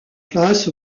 place